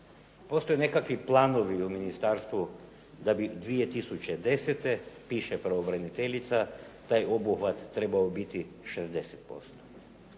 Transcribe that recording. Postoje nekakvi planovi u ministarstvu da bi 2010., piše pravobraniteljica, taj obuhvat trebao biti 60%.